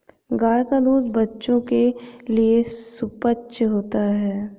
गाय का दूध बच्चों के लिए सुपाच्य होता है